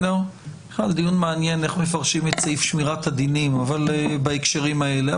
זה דיון מעניין איך מפרשים את סעיף שמירת הדינים בהקשרים האלה.